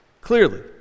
clearly